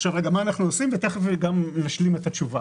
אגיד מה אנחנו עושים ותיכף גם נשלים את התשובה.